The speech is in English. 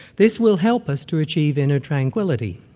this will help us to achieve inner tranquility.